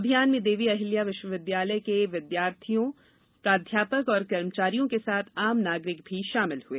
अभियान में देवी अहिल्या विश्वविद्यालय के विद्यार्थियों प्राध्यापक और कर्मचारियों के साथ आम नागरिक भी शामिल हुए